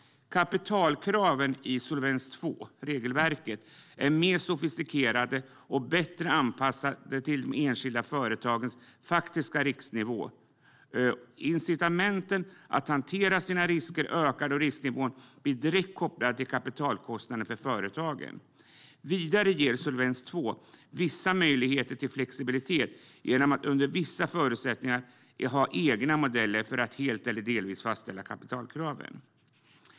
Kapitalkraven i Solvens II-regelverket är mer sofistikerade och bättre anpassade till de enskilda företagens faktiska risknivå. Incitamenten att hantera sina risker ökar då risknivån blir direkt kopplad till kapitalkostnaderna för företagen. Vidare ger Solvens II vissa möjligheter till flexibilitet genom att man under vissa förutsättningar kan ha egna modeller för att helt eller delvis fastställa kapitalkraven.